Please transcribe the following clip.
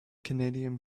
canadian